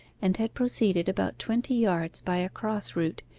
and had proceeded about twenty yards by a cross route,